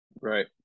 Right